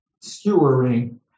skewering